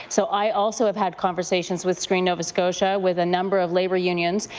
so i also have had conversations with screen nova scotia with a number of labour unions,